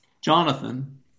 Jonathan